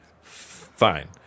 fine